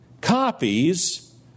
copies